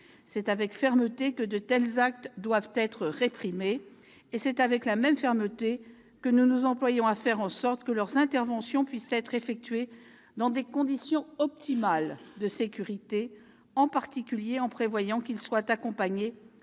C'est avec fermeté que de tels actes doivent être réprimés ! Et c'est avec la même fermeté que nous nous employons à faire en sorte que leurs interventions puissent s'effectuer dans des conditions optimales de sécurité, en particulier en prévoyant qu'ils soient accompagnés